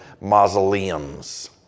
mausoleums